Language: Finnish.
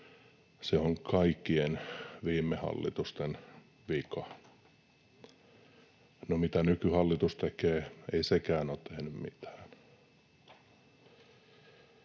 se on kaikkien edellisten hallitusten vika. No mitä nykyhallitus tekee? Ei sekään ole tehnyt mitään.